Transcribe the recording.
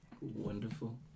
Wonderful